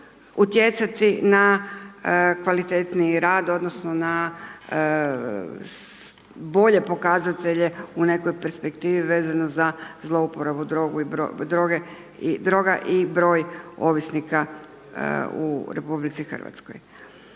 utjecati na kvalitetniji rad, odnosno na bolje pokazatelje u nekoj perspektivi vezano za zlouporabu droge, droga i broj ovisnika u RH. Naprosto